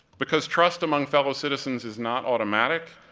because trust among fellow citizens is not automatic,